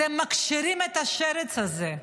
אתם מכשירים את השרץ הזה.